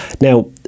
Now